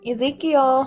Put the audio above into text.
Ezekiel